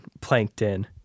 Plankton